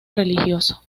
religioso